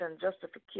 justification